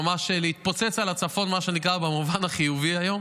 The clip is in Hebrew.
ממש להתפוצץ על הצפון במובן החיובי היום,